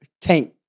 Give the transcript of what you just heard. Tank